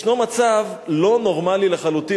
יש מצב לא נורמלי לחלוטין,